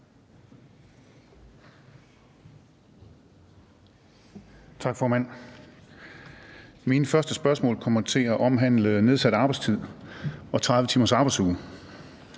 Tak, formand. Mine første spørgsmål kommer til at omhandle nedsat arbejdstid og en 30 timers arbejdsuge.